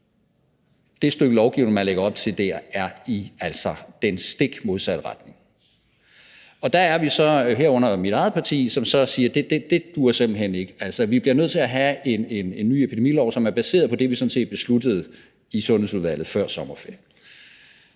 det stykke lovgivning, man lægger op til der, altså er i den stik modsatte retning. Der er vi så nogle, herunder mit eget parti, som siger, at det simpelt hen ikke duer, altså at vi bliver nødt til have en ny epidemilov, som er baseret på det, vi sådan set besluttede i Sundheds- og Ældreudvalget før sommerferien.